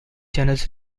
channels